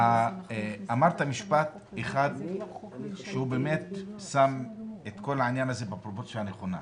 אמרת משפט אחד שהוא באמת שם את כל העניין הזה בפרופורציה הנכונה.